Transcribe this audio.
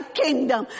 kingdom